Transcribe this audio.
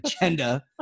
agenda